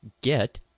get